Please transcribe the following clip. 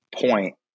point